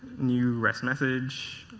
new rest message.